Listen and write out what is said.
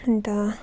अन्त